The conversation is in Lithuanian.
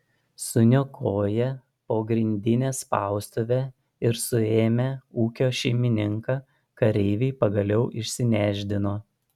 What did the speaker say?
suniokoję pogrindinę spaustuvę ir suėmę ūkio šeimininką kareiviai pagaliau išsinešdino